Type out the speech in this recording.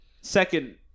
second